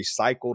recycled